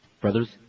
Brothers